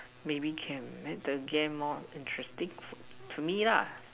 maybe can make the game more interesting for to me lah